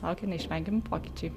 laukia neišvengiami pokyčiai